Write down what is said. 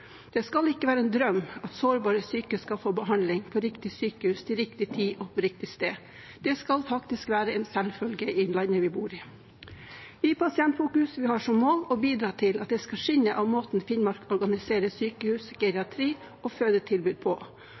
Det skal ikke være en drøm at sårbare syke skal få behandling på riktig sykehus, til riktig tid og på riktig sted. Det skal faktisk være en selvfølge i landet vi bor i. Vi i Pasientfokus har som mål å bidra til at det skal skinne av måten Finnmark organiserer sykehus, geriatri og fødetilbud på.